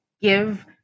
Give